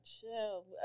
chill